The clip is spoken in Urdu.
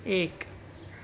ایک